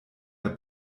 der